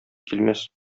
килмәс